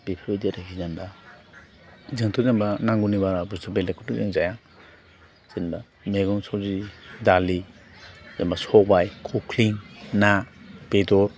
बेफोरबायदि आरोखि जेनेबा जोंथ' जेनेबा नांगौनि बारा बुस्तु बेलेगखौथ' जों जाया जेनेबा मैगं सबजि दालि जेनेबा सबाइ खख्लिं ना बेदर